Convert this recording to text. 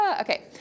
okay